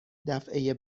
دفعه